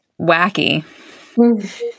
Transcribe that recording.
wacky